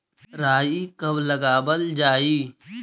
राई कब लगावल जाई?